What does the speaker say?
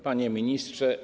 Panie Ministrze!